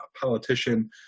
politician